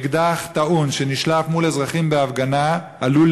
אקדח טעון שנשלף מול אזרחים בהפגנה עלול